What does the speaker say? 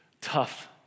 tough